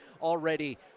already